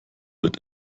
wird